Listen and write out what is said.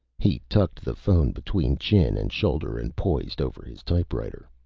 he tucked the phone between chin and shoulder and poised over his typewriter.